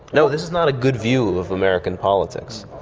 no, this is not a good view of american politics,